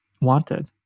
wanted